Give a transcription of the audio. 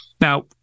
now